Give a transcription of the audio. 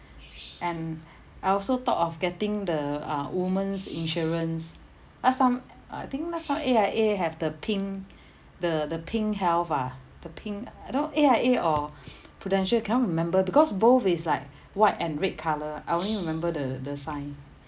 and I also thought of getting the uh women's insurance last time uh I think last time A_I_A have the pink the the pink health ah the pink I don't A_I_A or prudential cannot remember because both is like white and red color I only remember the the sign